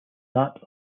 that